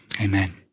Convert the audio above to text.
Amen